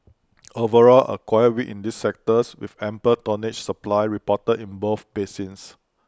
overall A quiet week in this sector with ample tonnage supply reported in both basins